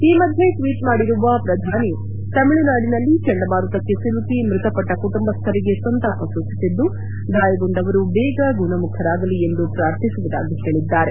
ಈ ಮಧ್ಯೆ ಟ್ವೀಚ್ ಮಾಡಿರುವ ಪ್ರಧಾನಿ ತಮಿಳುನಾಡಿನಲ್ಲಿ ಚಂಡಮಾರುತಕ್ಕೆ ಸಿಲುಕಿ ಮ್ಬತಪಟ್ಟ ಕುಟಂಬಸ್ದರಿಗೆ ಸಂತಾಪ ಸೂಚಿಸಿದ್ದು ಗಾಯಗೊಂಡವರು ಬೇಗ ಗುಣಮುಖರಾಗಲಿ ಎಂದು ಪ್ರಾರ್ಥಿಸುವುದಾಗಿ ಹೇಳಿದ್ದಾರೆ